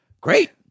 Great